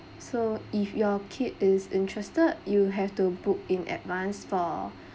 so if your kid is interested you have to book in advance for